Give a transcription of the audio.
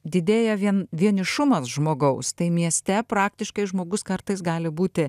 didėja vien vienišumas žmogaus tai mieste praktiškai žmogus kartais gali būti